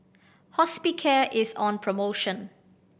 Hospicare is on promotion